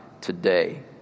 today